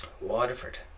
Waterford